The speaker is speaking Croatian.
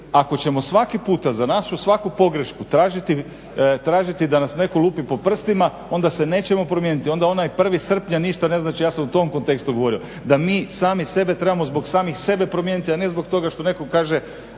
ako ćemo svaki puta za našu svaku pogrešku tražiti da nas netko lupi po prstima onda se nećemo promijeniti, onda onaj 1. srpnja ništa ne znači, ja sam u tom kontekstu govorio da mi sami sebe trebamo zbog samih sebe promijeniti, a ne zbog toga što netko kaže